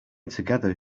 together